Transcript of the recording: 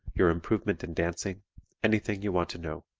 your improvement in dancing anything you want to know.